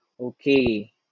okay